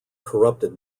corrupted